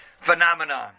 phenomenon